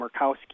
Murkowski